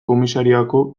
komisariako